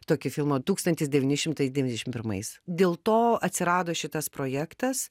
tokį filmą tūkstantis devyni šimtai devyniasdešim pirmais dėl to atsirado šitas projektas